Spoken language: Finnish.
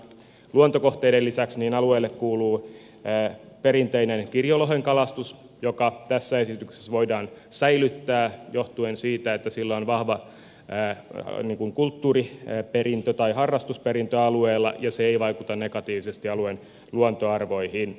luontokohteiden lisäksi alueelle kuuluu perinteinen kirjolohen kalastus joka tässä esityksessä voidaan säilyttää johtuen siitä että sillä on vahva jää nipun kulttuurin perintö tai harrastusperintö alueella ja se ei vaikuta negatiivisesti alueen luontoarvoihin